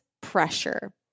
pressure